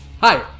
Hi